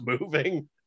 moving